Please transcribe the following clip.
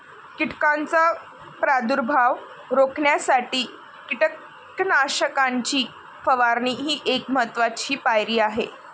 कीटकांचा प्रादुर्भाव रोखण्यासाठी कीटकनाशकांची फवारणी ही एक महत्त्वाची पायरी आहे